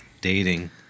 dating